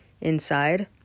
inside